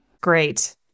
Great